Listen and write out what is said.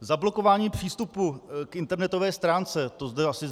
Zablokování přístupu k internetové stránce, to zde asi